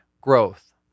growth